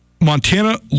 Montana